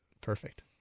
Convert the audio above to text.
perfect